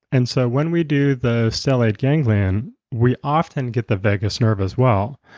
and so when we do the stellate ganglion, we often get the vagus nerve as well.